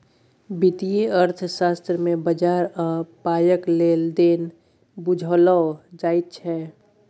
वित्तीय अर्थशास्त्र मे बजार आ पायक लेन देन बुझाओल जाइत छै